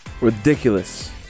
Ridiculous